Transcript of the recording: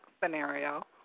scenario